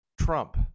Trump